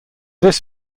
this